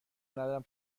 ندارم